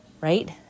right